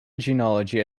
genealogy